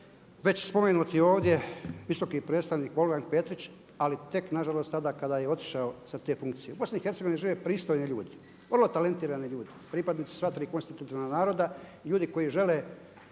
već spomenuti ovdje visoki predstavnik … Petrić ali tek nažalost tada kada je otišao sa te funkcije. U BiH žive pristojni ljudi, vrlo talentirani ljudi, pripadnici sva tri konstitutivna naroda, ljudi koji žele